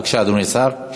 בבקשה, אדוני השר.